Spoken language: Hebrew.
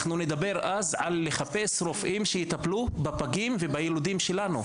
אנחנו נדבר אז על חיפוש רופאים שיטפלו בפגים ובילודים שלנו.